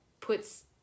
puts